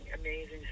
amazing